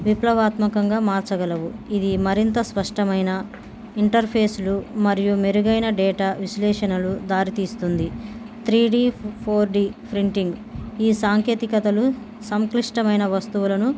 విప్లవాత్మకంగా మార్చగలవు ఇది మరింత స్పష్టమైన ఇంటర్ఫేసులు మరియు మెరుగైన డేటా విశ్లేషణలు దారితీస్తుంది three D four D printing ఈ సాంకేతికతలు సంక్లిష్టమైన వస్తువులను